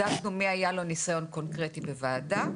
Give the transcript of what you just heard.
בדקנו מי היה לו ניסיון קונקרטי בוועדה,